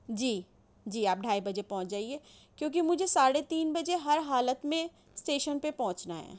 جی جی آپ ڈھائی بجے پہنچ جائیے کیونکہ مجھے ساڑھے تین بجے ہر حالت میں اسٹیشن پہ پہنچنا ہے